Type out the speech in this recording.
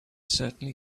certainly